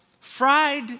fried